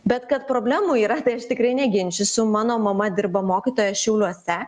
bet kad problemų yra tai aš tikrai neginčysiu mano mama dirba mokytoja šiauliuose